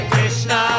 Krishna